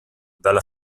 dalla